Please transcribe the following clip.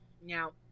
now